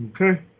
Okay